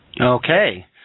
Okay